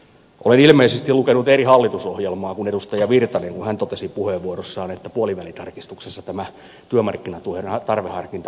olen ilmeisesti lukenut eri hallitusohjelmaa kuin edustaja virtanen kun hän totesi puheenvuorossaan että puolivälitarkistuksessa tähän työmarkkinatuen tarveharkintaan palataan